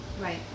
Right